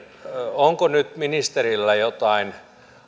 onko nyt ministerillä jotain